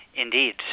Indeed